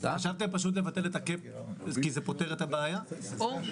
אפשר פשוט לבטל את הקאפ כי זה פותר את הבעיה רוחבית?